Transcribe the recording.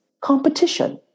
competition